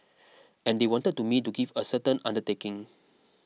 and they wanted to me to give a certain undertaking